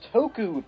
Toku